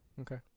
Okay